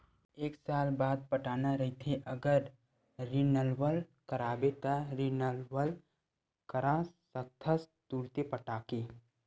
एक साल बाद पटाना रहिथे अगर रिनवल कराबे त रिनवल करा सकथस तुंरते पटाके